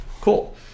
Cool